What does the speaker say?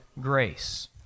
grace